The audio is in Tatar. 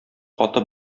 каты